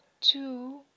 Two